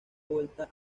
vuelta